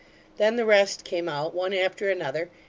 then the rest came out, one after another,